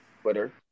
twitter